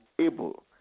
able